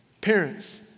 Parents